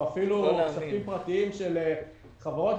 או אפילו כספים פרטיים של חברות,